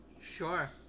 Sure